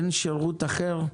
אין שירות אחר?